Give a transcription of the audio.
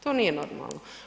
To nije normalno.